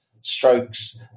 strokes